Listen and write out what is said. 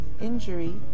injury